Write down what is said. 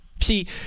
See